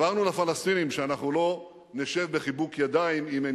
הבהרנו לפלסטינים שאנחנו לא נשב בחיבוק ידיים אם הם